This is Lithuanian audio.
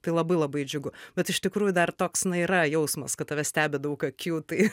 tai labai labai džiugu bet iš tikrųjų dar toks na yra jausmas kad tave stebi daug akių tai